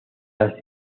las